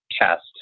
cast